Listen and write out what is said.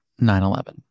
9-11